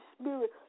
Spirit